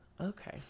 Okay